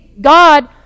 God